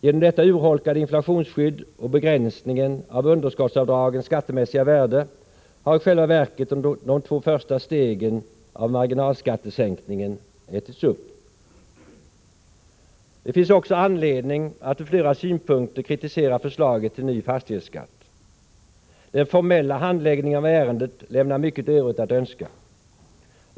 Genom detta urholkade inflationsskydd och begränsningen av underskottsavdragens skattemässiga värde har i själva verket de två första stegen av marginalskattesänkningen ätits upp. Det finns också anledning att ur flera synpunkter kritisera förslaget till ny fastighetsskatt. Den formella handläggningen av ärendet lämnar mycket Övrigt att önska.